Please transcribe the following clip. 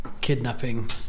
kidnapping